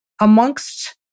amongst